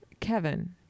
Kevin